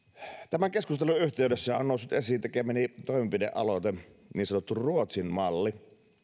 tämän keskustelun yhteydessä on noussut esiin tekemäni toimenpidealoite niin sanottu ruotsin malli